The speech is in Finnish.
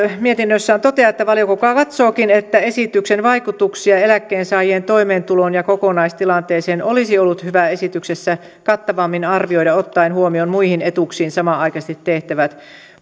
mietinnössään toteaa että valiokunta katsookin että esityksen vaikutuksia eläkkeensaajien toimeentuloon ja kokonaistilanteeseen olisi ollut hyvä esityksessä kattavammin arvioida ottaen huomioon muihin etuuksiin samanaikaisesti tehtävät